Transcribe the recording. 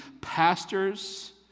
pastors